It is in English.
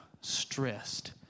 stressed